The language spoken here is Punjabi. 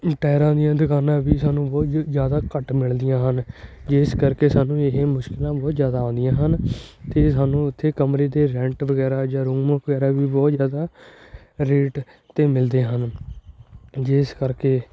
ਟਾਇਰਾਂ ਦੀਆਂ ਦੁਕਾਨਾਂ ਵੀ ਸਾਨੂੰ ਬਹੁਤ ਜ਼ਿਆਦਾ ਘੱਟ ਮਿਲਦੀਆਂ ਹਨ ਜਿਸ ਕਰਕੇ ਸਾਨੂੰ ਇਹ ਮੁਸ਼ਕਿਲਾਂ ਬਹੁਤ ਜ਼ਿਆਦਾ ਆਉਂਦੀਆਂ ਹਨ ਅਤੇ ਸਾਨੂੰ ਉੱਥੇ ਕਮਰੇ ਦੇ ਰੈਂਟ ਵਗੈਰਾ ਜਾਂ ਰੂਮ ਵਗੈਰਾ ਵੀ ਬਹੁ ਜ਼ਿਆਦਾ ਰੇਟ 'ਤੇ ਮਿਲਦੇ ਹਨ ਜਿਸ ਕਰਕੇ